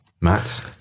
Matt